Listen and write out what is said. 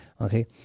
okay